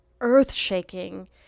earth-shaking